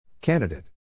Candidate